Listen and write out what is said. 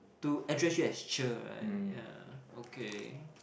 to address you as cher right yeah okay